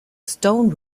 stone